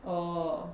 oh